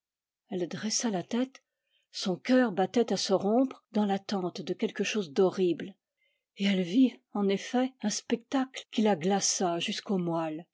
elle dressa la tête son cœur battait à se rompre dans l'attente de quelque chose d'horrible et elle vit en effet un spectacle qui la glaça jusqu'aux moelles